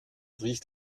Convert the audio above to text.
riecht